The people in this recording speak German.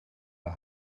der